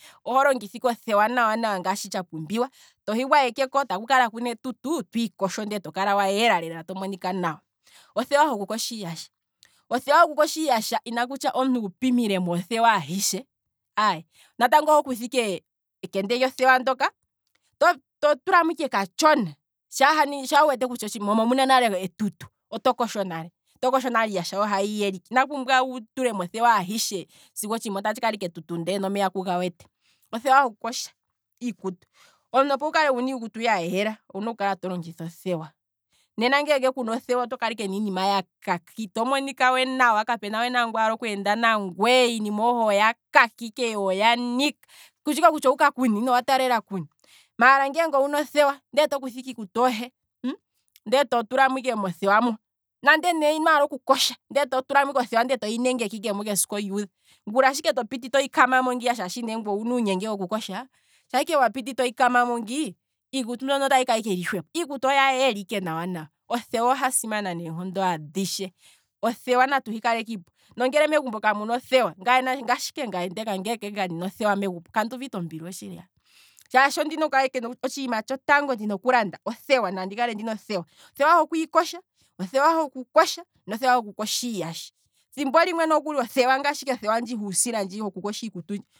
Oho longitha ike othewa ngaashi tsha pumbiwa, tohi gwayekeko, twiikosho tokala wa yela lela to monika nawa, othewa hoku kosha iiyasha inaku tiwa omuntu wu pimilemo othewa ahishe, aye, natnago oho kutha ike ekende lyothewa ndjoka, to tulamo ike katshona, sha wa mona kutya omuna nale etutu, oto kosho nale, oto kosho nale iiyasha yohe ayi yela ike, ino pumbwa wu tulemo othewa ahishe sigo othsiima otatshi kala ike etutu ndee nomeya kuga wete, othewa hoku kosha iikutu, omuntu opo wu kale wuna iikutu ya yela. owuna oku kala to longitha othewa, nena ngele kapuna othewa oto kala ike niinima ya kaka, ito monika nawa, kapuna ngoka aala okweenda nangweye iinima yohe oya kaka ike yo oyanika, kutshi ike kutya owa taalela kuni na owuuka kuni, maala ngeenge owuna othewa ndele tokutha ike iikutu yohe ndele to tula mothewa mo, nande ne inwaala oku kosha, to tulamo ike othewa toyi nengeke ike esiku lyuudha, ngula sho ike to piti toyi kamamo ngiya shaashi ngweye owuna uunyenge woku kosha, shaa ike wapiti toyi kamamo ngii, iikutu mbyono otayi kala ike yili shwepo, iikutu oya yela ike nawanawa, othewa oha simana neenkondo adhishe, othewa natu hi kalekiipo, nongeenge megumbo kamuna othewa, ngaashi ike nagye megumbo nge kamuna othewa kanduuvite ike ombili otshili aye, shaashi ondina oku kala ike, otshiima tshotango ndina oku landa, othewa, nandi kale ndina othewa, othewa ho kwiikosha, othewa hoku kosha, nothewa hoku kosha iiyasha, thimbo limwe ngaashi ike othewa ndjino huusila hoku kosha iikutu ndji